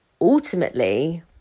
ultimately